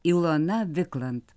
ilona viklant